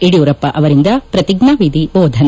ಯಡಿಯೂರಪ್ಪ ಅವರಿಂದ ಪ್ರತಿಜ್ಟಾವಿಧಿ ಬೋಧನೆ